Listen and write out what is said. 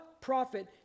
prophet